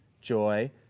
joy